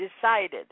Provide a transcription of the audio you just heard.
decided